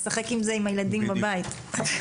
לשחק עם הילדים בבית?